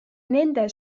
nende